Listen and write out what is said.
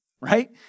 right